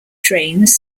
trains